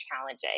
challenging